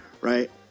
Right